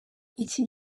iki